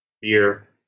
beer